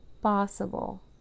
possible